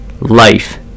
life